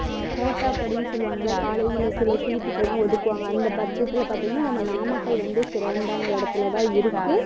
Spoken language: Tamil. கோட்டா படின்னு சொல்லுவாங்கள்ல காலேஜில் சில சீட்டுக்கு எல்லாம் ஒதுக்குவாங்க அந்த பட்சத்தில் பார்த்திங்கன்னா நம்ம நாமக்கல் வந்து சிறந்த இடத்துல தான் இருக்கு